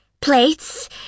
plates